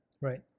right